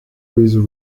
with